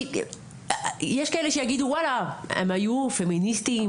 כי יש כאלה שיגידו וואלה הם היו פמיניסטים,